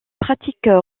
pratiques